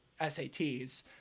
sats